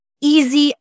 easy